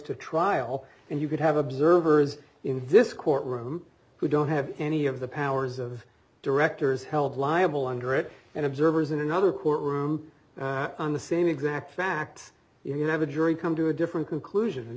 to trial and you could have observers in this courtroom who don't have any of the powers of directors held liable under it and observers in another courtroom on the same exact facts you have a jury come to a different conclusion and